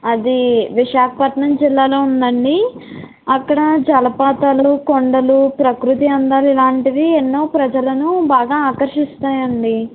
అది విశాఖపట్నం జిల్లాలో ఉందండీ అక్కడ జలపాతాలు కొండలు ప్రకృతి అందాలు ఇలాంటివి ఎన్నో ప్రజలను బాగా ఆకర్షిస్తాయండీ